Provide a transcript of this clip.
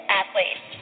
athletes